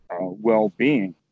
well-being